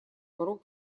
порог